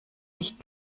nicht